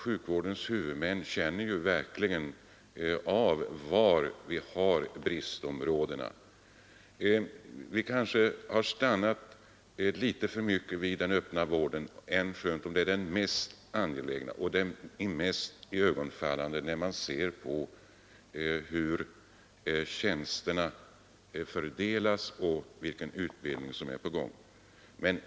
Sjukvårdens huvudmän känner verkligen av var bristområdena finns. Vi kanske har talat för mycket om den öppna vården, änskönt det är den mest angelägna och iögonfallande vården, med tanke på hur tjänsterna fördelas och vilken utbildning som är på gång.